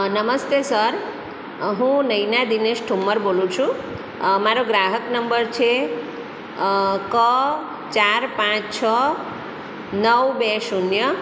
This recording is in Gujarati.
નમસ્તે સર હું નૈના દિનેશ ઠુંમર બોલું છું મારો ગ્રાહક નંબર છે ક ચાર પાંચ છ નવ બે શૂન્ય